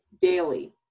daily